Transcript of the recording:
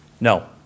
No